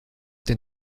den